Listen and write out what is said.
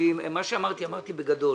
מה שאמרתי, אמרתי בגדול.